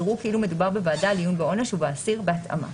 יראו כאילו מדובר בוועדה לעיון בעונש ובאסיר בהתאמה.